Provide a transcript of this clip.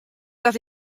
dat